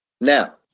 Now